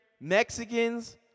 Mexicans